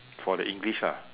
for the english ah